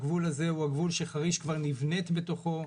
הגבול הזה הוא הגבול שחריש כבר נבנית בתוכו.